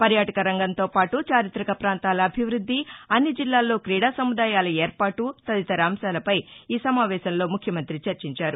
పర్యాటక రంగంతో పాటు చారితక ప్రాంతాల అభివృద్ధి అన్ని జిల్లాల్లో క్రీడా సముదాయాల ఏర్పాటు తదితర అంశాలపై ఈ సమావేశంలో ముఖ్యమంతి చర్చించారు